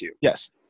Yes